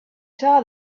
saw